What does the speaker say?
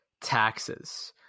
taxes